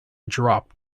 drop